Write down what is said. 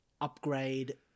upgrade